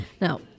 Now